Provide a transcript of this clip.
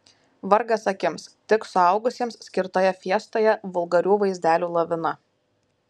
vargas akims tik suaugusiems skirtoje fiestoje vulgarių vaizdelių lavina